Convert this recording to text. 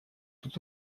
тут